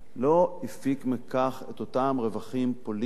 לא הפיק מכך את אותם רווחים פוליטיים